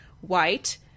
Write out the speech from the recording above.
white